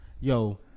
Yo